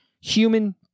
human